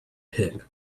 pit